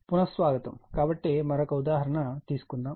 పునఃస్వాగతం కాబట్టి మరొక ఉదాహరణ తీసుకుందాం